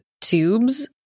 tubes